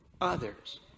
others